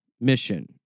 mission